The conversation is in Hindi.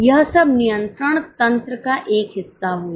यह सब नियंत्रण तंत्र का एक हिस्सा होगा